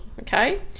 okay